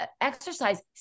exercise